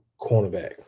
cornerback